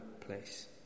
place